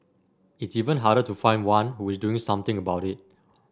it's even harder to find one who is doing something about it